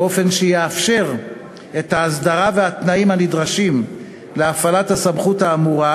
באופן שיאפשר את ההסדרה והתנאים הנדרשים להפעלת הסמכות האמורה,